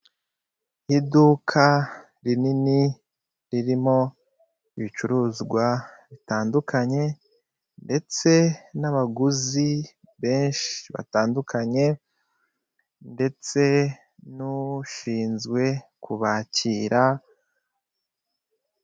Iduka rinini ririmo ibicuruzwa bitandukanye ndetse n'abaguzi benshi batandukanye ndetse n'ushinzwe kubakira.